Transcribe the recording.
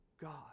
God